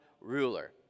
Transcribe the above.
ruler